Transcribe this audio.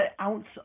ounce